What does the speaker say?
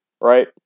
right